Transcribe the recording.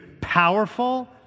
powerful